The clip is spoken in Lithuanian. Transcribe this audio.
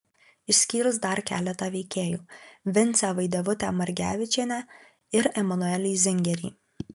išskyrus dar keletą veikėjų vincę vaidevutę margevičienę ir emanuelį zingerį